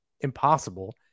impossible